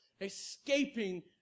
escaping